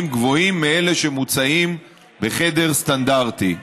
גבוהים מאלה שמוצעים בחדר סטנדרטי.